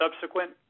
subsequent